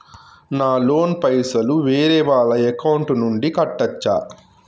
నా లోన్ పైసలు వేరే వాళ్ల అకౌంట్ నుండి కట్టచ్చా?